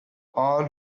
all